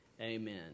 Amen